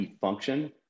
function